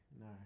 no